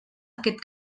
aquest